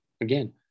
again